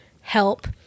help